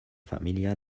familia